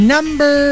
Number